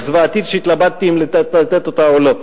זוועתית שהתלבטתי אם לתת אותה או לא: